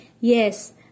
Yes